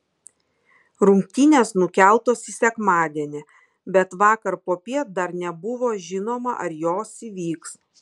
rungtynės nukeltos į sekmadienį bet vakar popiet dar nebuvo žinoma ar jos įvyks